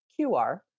QR